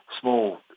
small